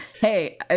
Hey